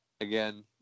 again